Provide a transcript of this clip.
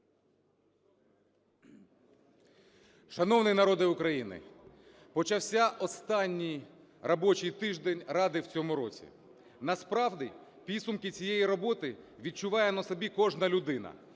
Шановний народе України, почався останній робочій тиждень Ради в цьому році. Насправді підсумки цієї роботи відчуває на собі кожна людина,